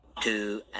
Two